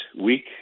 week